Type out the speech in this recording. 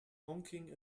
honking